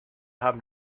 haben